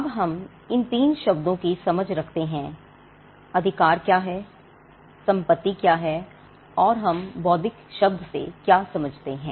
अब हम इन 3 शब्दों की समझ रखते हैं अधिकार क्या हैं संपत्ति क्या है और हम बौद्धिक शब्द से क्या समझते है